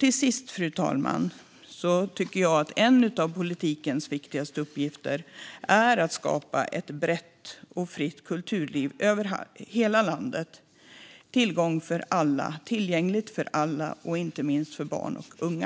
Till sist, fru talman, tycker jag att en av politikens viktigaste uppgifter är att skapa förutsättningar i hela landet för ett brett och fritt kulturliv som är tillgängligt för alla - inte minst barn och unga.